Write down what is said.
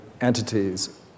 entities